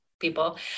people